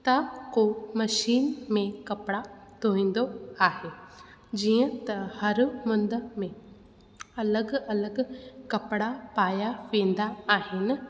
त को मशीन में कपिड़ा धोईंदो आहे जीअं त हर मुंद में अलॻि अलॻि कपिड़ा पाया वेंदा आहिनि